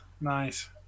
nice